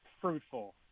fruitful